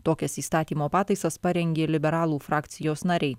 tokias įstatymo pataisas parengė liberalų frakcijos nariai